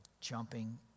jumping